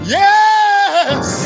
yes